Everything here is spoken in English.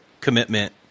commitment